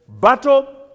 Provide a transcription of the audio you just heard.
battle